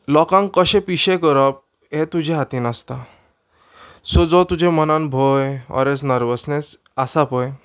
लोकांक कशें पिशें करप हें तुज्या हातीन आसता सो जो तुज्या मनान भंय ओर एस नर्वसनेस आसा पय